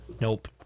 Nope